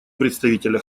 представителя